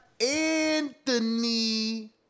Anthony